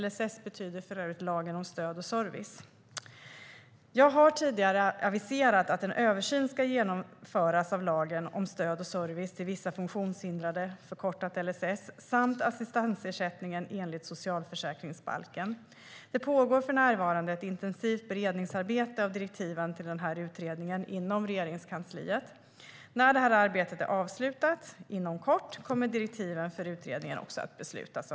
LSS betyder för övrigt lagen om stöd och service till vissa funktionshindrade. Jag har tidigare aviserat att en översyn ska genomföras av LSS och av assistansersättningen enligt socialförsäkringsbalken. Det pågår för närvarande ett intensivt beredningsarbete med direktiv till en sådan utredning inom Regeringskansliet. När detta arbete inom kort är avslutat kommer direktiven för utredningen att beslutas.